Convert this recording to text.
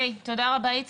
תודה רבה, איציק.